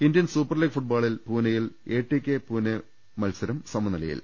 Indian super league ഫുട്ബോളിൽ പൂനെയിൽ A T K Pune മത്സരം സമനിലയിൽ